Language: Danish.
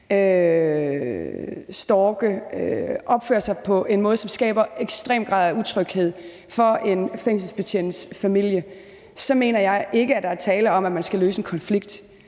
eller opføre sig på en måde, som skaber en ekstrem grad af utryghed for en fængselsbetjents familie, så mener jeg ikke, at der er tale om, at man skal løse en konflikt